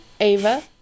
Ava